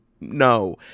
no